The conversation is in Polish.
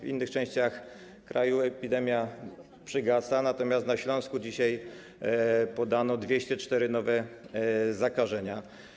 W innych częściach kraju epidemia przygasa, natomiast na Śląsku, jak dzisiaj podano, są 204 nowe zakażenia.